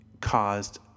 caused